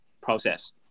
process